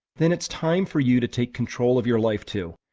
then it's time for you to take control of your life, too,